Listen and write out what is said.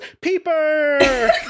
Peeper